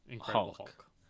Hulk